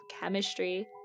chemistry